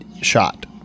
shot